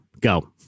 Go